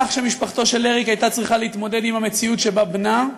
משפחתו של אריק הייתה צריכה להתמודד עם מציאות שבה בנה,